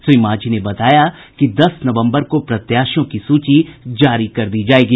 श्री मांझी ने बताया कि दस नवम्बर को प्रत्याशियों की सूची जारी कर दी जायेगी